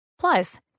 Plus